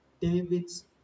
David's